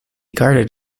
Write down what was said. guarded